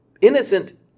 innocent